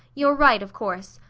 you're right, of course.